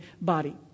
body